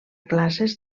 classes